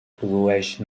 produeix